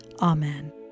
Amen